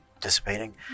dissipating